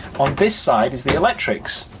on this side is the electrics.